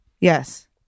Yes